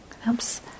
helps